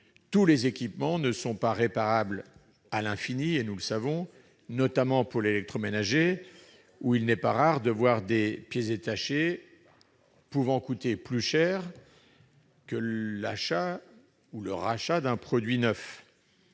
Tous les équipements ne sont pas réparables à l'infini, et nous savons, notamment dans le secteur de l'électroménager, qu'il n'est pas rare de voir des pièces détachées coûtant plus cher que l'achat ou le rachat d'un produit neuf.